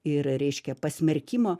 ir reiškia pasmerkimo